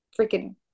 freaking